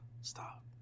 stop